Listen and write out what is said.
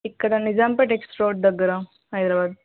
ఇ అక్కడ Nizampet X road దగ్గర హైదరాబాద్